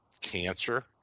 cancer